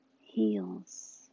heals